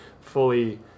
fully